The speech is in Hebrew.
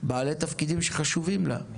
בעלי תפקידים שחשובים לה.